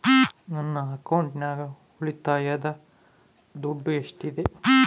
ನನ್ನ ಅಕೌಂಟಿನಾಗ ಉಳಿತಾಯದ ದುಡ್ಡು ಎಷ್ಟಿದೆ?